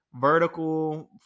vertical